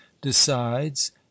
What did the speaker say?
decides